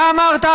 אתה אמרת,